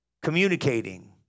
communicating